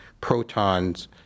protons